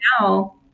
now